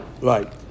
right